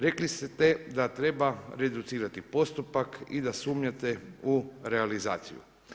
Rekli ste da treba reducirati postupak i da sumnjate u realizaciju.